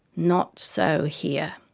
not so here.